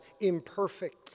imperfect